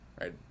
right